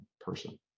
person